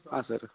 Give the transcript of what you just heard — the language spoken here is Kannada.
ಹಾಂ ಸರ್